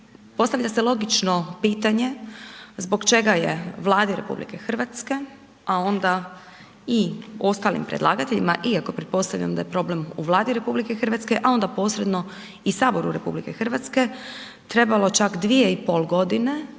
Postavlja se logično pitanje zbog čega je Vladi RH a onda i ostalim predlagateljima, iako pretpostavljam da je problem u Vladi RH a onda posredno i Saboru RH trebalo čak 2,5 godine